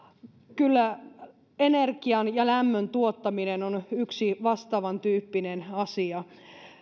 kyllä energian ja lämmön tuottaminen on yksi vastaavan tyyppinen asia